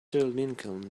lincoln